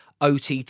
OTT